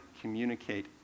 communicate